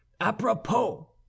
apropos